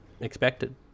expected